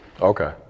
Okay